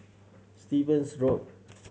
Stevens Road